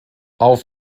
auf